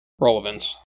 relevance